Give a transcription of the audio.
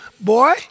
boy